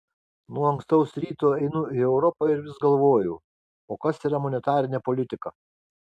nuo ankstaus ryto einu į europą ir vis galvoju o kas yra monetarinė politika